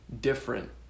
different